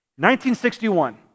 1961